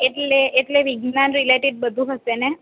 એટલે એટલે વિજ્ઞાન રીલેટેડ બધું હશેને